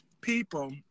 people